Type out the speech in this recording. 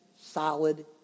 solid